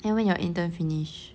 then when your intern finish